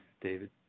David